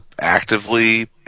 actively